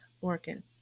working